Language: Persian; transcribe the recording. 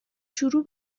شروع